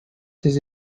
ses